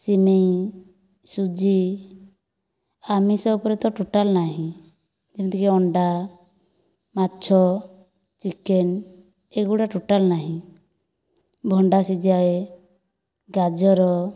ସିମେଇ ସୁଜି ଆମିଷ ଉପରେ ତ ଟୋଟାଲ ନାହିଁ ଯେମିତି କି ଅଣ୍ଡା ମାଛ ଚିକେନ ଏଗୁଡ଼ିକ ଟୋଟାଲ ନାହିଁ ଭଣ୍ଡା ସିଝାଏ ଗାଜର